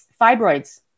fibroids